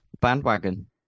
bandwagon